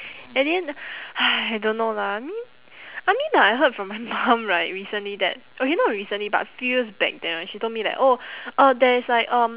at the end !hais! don't know lah I mean I mean I heard from my mum right recently that okay not recently but few years back then right she told me that oh uh there is like um